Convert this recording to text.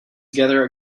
together